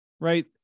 Right